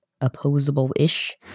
opposable-ish